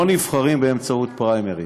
לא נבחרים בפריימריז.